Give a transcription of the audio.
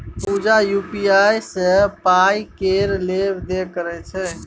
पुजा UPI सँ पाइ केर लेब देब करय छै